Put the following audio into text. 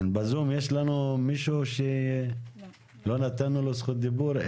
בזום יש לנו מישהו שלא נתנו לו זכות דיבור?